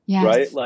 right